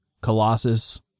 Colossus